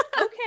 Okay